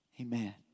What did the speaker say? Amen